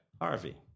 Harvey